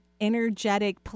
energetic